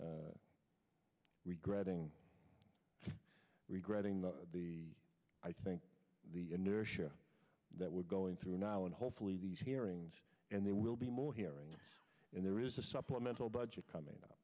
ourselves regretting regretting the the i think the inertia that we're going through now and hopefully these hearings and there will be more hearings and there is a supplemental budget coming